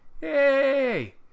Hey